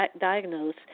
diagnosed